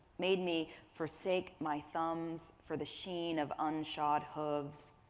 made me forsake my thumbs for the sheen of unshod hooves.